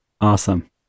Awesome